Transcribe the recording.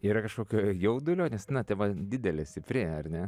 yra kažkokio jaudulio nes tema didelė stipri ar ne